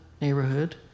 neighborhood